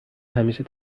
همیشه